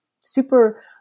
super